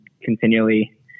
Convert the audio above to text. continually